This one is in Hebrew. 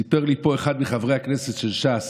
סיפר לי פה אחד מחברי הכנסת של ש"ס,